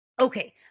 Okay